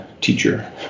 teacher